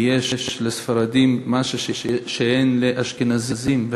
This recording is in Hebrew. כי יש לספרדים משהו שאין לאשכנזים,